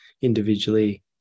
individually